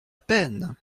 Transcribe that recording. peine